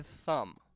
thumb